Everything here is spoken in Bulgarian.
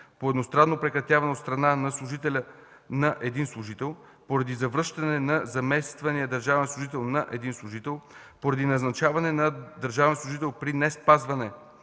по едностранно прекратяване от страна на служителя на един служител; - поради завръщане на замествания държавен служител на един служител; - поради назначаване на държавен служител при неспазване